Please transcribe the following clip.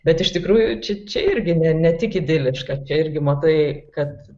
bet iš tikrųjų čia čia irgi ne ne tik idiliška čia irgi matai kad